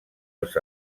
els